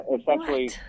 essentially